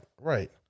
right